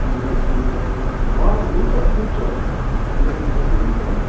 पन्ध्र किलो अँ हुन्छ पुग्छ पन्ध्र केजी जति हुन्छ